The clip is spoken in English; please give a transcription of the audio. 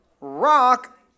Rock